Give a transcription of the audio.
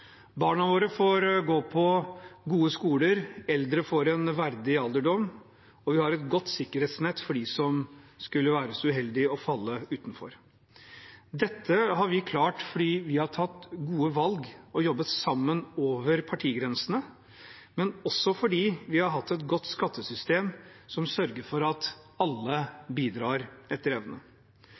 Barna våre får gå på gode skoler, eldre får en verdig alderdom, og vi har et godt sikkerhetsnett for dem som skulle være så uheldige å falle utenfor. Dette har vi klart fordi vi har tatt gode valg og jobbet sammen over partigrensene, og fordi vi har hatt et godt skattesystem som sørger for at alle bidrar etter evne.